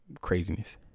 craziness